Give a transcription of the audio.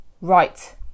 right